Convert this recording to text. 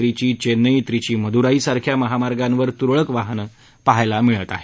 त्रीची वेन्नई त्रीची मदुराई सारख्या महामार्गांवर तुरळक वाहन पहावयास मिळत आहेत